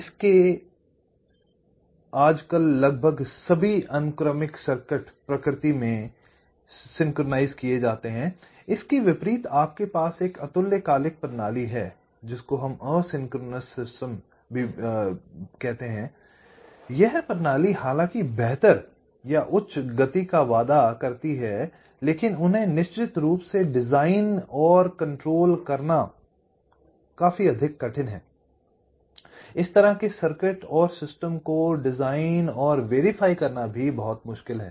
तो आज कल लगभग सभी अनुक्रमिक सर्किट प्रकृति में सिंक्रनाइज़ किए जाते हैं इसके विपरीत आपके पास अतुल्यकालिक प्रणाली हो सकती है जो हालांकि बेहतर या उच्च गति का वादा कर सकते हैं लेकिन उन्हें निश्चित रूप से डिजाइन और नियंत्रण करना अधिक कठिन हैं I इस तरह के सर्किट और सिस्टम को डिजाइन और सत्यापित करना बहुत मुश्किल है